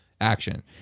action